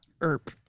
Erp